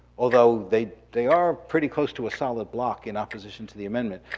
although they they are pretty close to a solid block in opposition to the amendment.